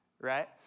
Right